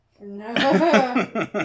No